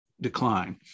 decline